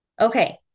Okay